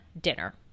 dinner